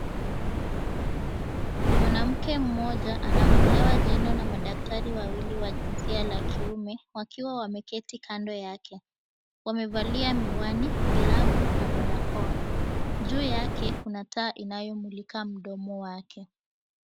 Mwanamke mmoja, anang'olewa jino na madaktari wawili wa jinsia la kiume, wakiwa wameketi kando yake. Wamevalia miwani, glavu na barakoa. Juu yake, kuna taa inayomulika mdomo wake.